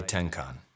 Tenkan